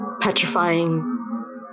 Petrifying